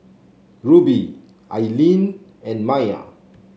Rubie Ilene and Maia